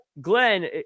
Glenn